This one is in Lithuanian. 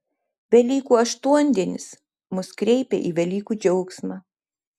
velykų aštuondienis mus kreipia į velykų džiaugsmą